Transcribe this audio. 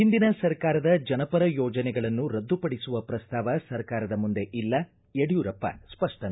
ಒಂದಿನ ಸರ್ಕಾರದ ಜನಪರ ಯೋಜನೆಗಳನ್ನು ರದ್ದು ಪಡಿಸುವ ಪ್ರಸ್ತಾವ ಸರ್ಕಾರದ ಮುಂದೆ ಇಲ್ಲ ಯಡಿಯೂರಪ್ಪ ಸ್ಪಷ್ಟನೆ